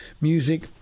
music